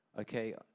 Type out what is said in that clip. okay